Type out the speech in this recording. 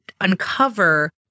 uncover